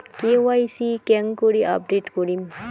KYC কেঙ্গকরি update করিম?